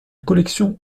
collection